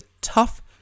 tough